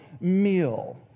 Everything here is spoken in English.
meal